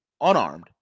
unarmed